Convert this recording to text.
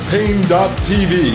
Pain.tv